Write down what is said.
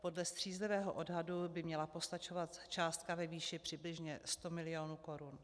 Podle střízlivého odhadu by měla postačovat částka ve výši přibližně 100 mil. korun.